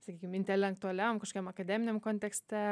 sakykim intelektualiam kažkam akademiniam kontekste